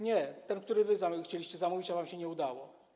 Nie, ten który wy chcieliście zamówić, ale wam się nie udało.